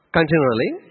Continually